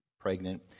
pregnant